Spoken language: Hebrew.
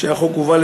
שאליה החוק הובא.